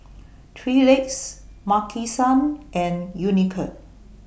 three Legs Maki San and Unicurd